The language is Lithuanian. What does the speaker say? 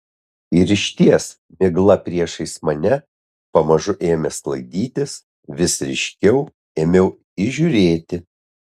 ir išties migla priešais mane pamažu ėmė sklaidytis vis ryškiau ėmiau įžiūrėti